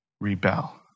rebel